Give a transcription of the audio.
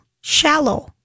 Shallow